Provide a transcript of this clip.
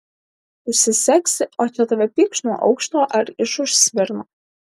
užsisegsi o čia tave pykšt nuo aukšto ar iš už svirno